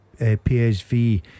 PSV